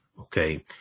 Okay